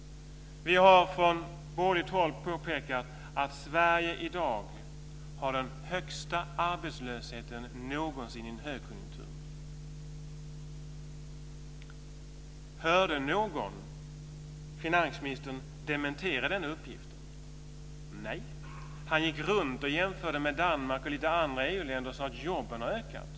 Vi har från borgerligt håll påpekat att Sverige i dag har den högsta arbetslösheten någonsin i en högkonjunktur. Hörde någon finansministern dementera denna uppgift? Nej. Han gick runt och jämförde med Danmark och lite andra EU-länder och sade att jobben har ökat.